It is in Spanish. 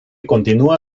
continúa